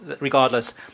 regardless